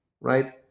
right